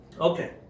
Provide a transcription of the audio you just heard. Okay